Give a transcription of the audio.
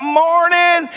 morning